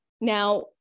Now